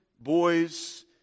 boys